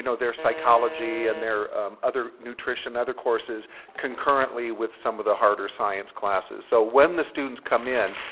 you know their psychology and their other nutrition, other courses concurrently with some of the harder science classes. so, when the students come in,